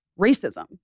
racism